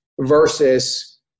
versus